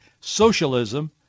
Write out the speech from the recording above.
socialism